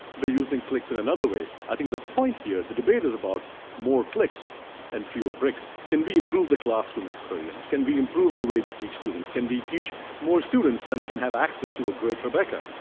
we're using clicks in another way. i think the point here, the debate is about more clicks and fewer bricks. can we include the classroom experience? can we include the way we teach students? can we teach more students than can have access to a great rebecca?